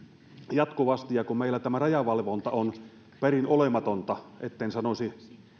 jatkuvasti ja kun meillä tämä rajavalvonta on perin olematonta etten sanoisi